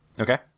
Okay